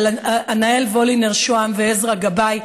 ענהאל וולינר-שוהם ועזרא גבאי.